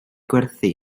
gwerthu